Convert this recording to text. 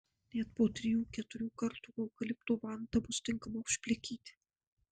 net po trijų keturių kartų eukalipto vanta bus tinkama užplikyti